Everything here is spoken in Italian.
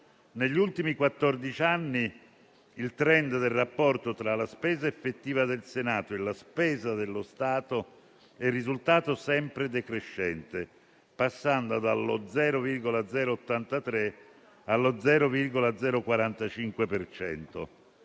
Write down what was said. Negli ultimi quattordici anni il *trend* del rapporto tra la spesa effettiva del Senato e la spesa dello Stato è risultato sempre decrescente, passando dallo 0,083 per cento